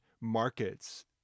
markets